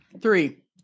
Three